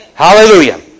Hallelujah